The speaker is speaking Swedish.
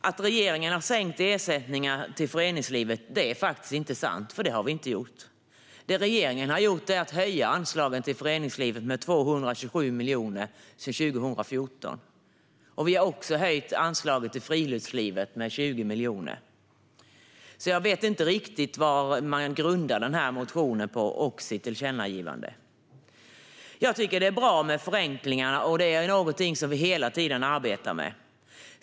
Att regeringen skulle ha sänkt ersättningarna till föreningslivet är inte sant, för regeringen har höjt anslaget till föreningslivet med 227 miljoner sedan 2014. Vi har också höjt anslaget till friluftslivet med 20 miljoner. Jag vet därför inte vad ledamoten med flera grundar sin motion och sitt tillkännagivande på. Det är bra med förenklingar, och det är något vi hela tiden arbetar med.